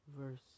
verse